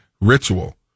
ritual